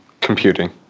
Computing